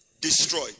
destroyed